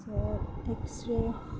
ধৰক এক্সৰে